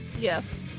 Yes